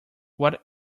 what